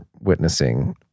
witnessing